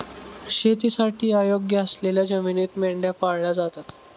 शेतीसाठी अयोग्य असलेल्या जमिनीत मेंढ्या पाळल्या जातात